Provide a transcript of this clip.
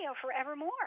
forevermore